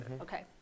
Okay